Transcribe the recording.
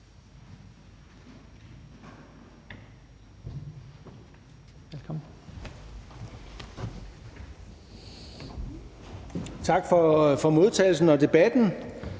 Tak for modtagelsen og debatten